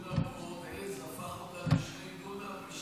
עז, הפך אותה לשני דונם.